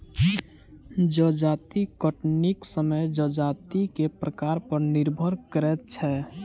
जजाति कटनीक समय जजाति के प्रकार पर निर्भर करैत छै